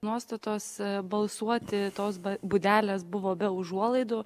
nuostatos balsuoti tos būdelės buvo be užuolaidų